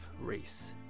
race